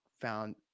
found